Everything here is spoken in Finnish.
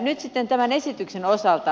nyt sitten tämän esityksen osalta